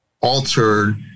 altered